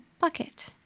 bucket